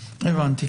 הבנתי.